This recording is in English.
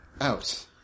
out